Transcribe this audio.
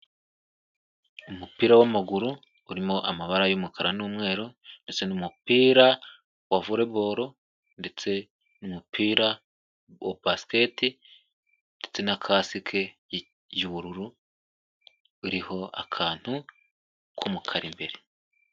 Umupira w'amaguru urimo amabara y'umukara n'umweru ndetse n'umupira wa volley ball ndetse n'umupira wa basket ndetse na kasike y'ubururu uriho akantu k'umukara imbere.